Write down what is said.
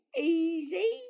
Easy